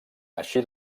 així